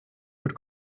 wird